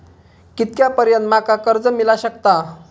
कितक्या पर्यंत माका कर्ज मिला शकता?